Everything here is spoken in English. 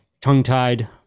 tongue-tied